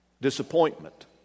Disappointment